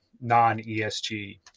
non-ESG